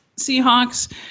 Seahawks